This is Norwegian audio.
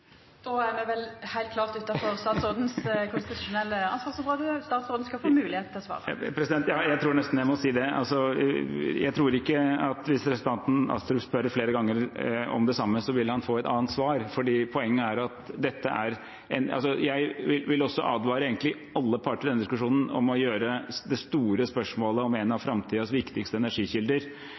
er me vel heilt klart utanfor det konstitusjonelle ansvarsområdet til statsråden, men statsråden skal få moglegheit til å svara. Ja, jeg tror nesten jeg må si det. Jeg tror ikke representanten Astrup vil få et annet svar hvis han spør flere ganger om det samme. Jeg vil også advare alle parter, egentlig, i denne diskusjonen mot å gjøre det store spørsmålet om en av framtidens viktigste energikilder,